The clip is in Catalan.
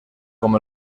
com